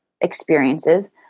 experiences